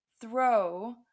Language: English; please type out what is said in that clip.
throw